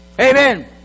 Amen